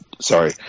Sorry